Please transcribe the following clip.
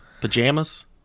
Pajamas